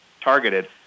targeted